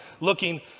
looking